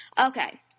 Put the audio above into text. Okay